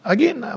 Again